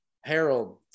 harold